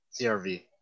CRV